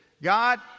God